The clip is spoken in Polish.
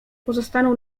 pozostaną